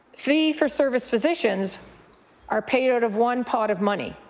fee for service physicians are paid out of one pot of money.